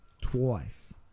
twice